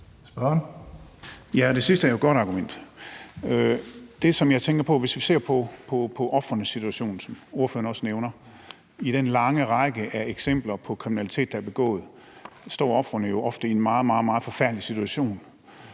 Det sidste er jo et godt argument. Det, som jeg tænker på, er, at hvis vi ser på ofrenes situation, som ordføreren også nævner med den lange række eksempler på kriminalitet, der er begået, så står ofrene jo ofte i en meget, meget forfærdelig situation,